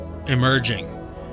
emerging